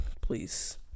please